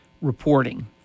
reporting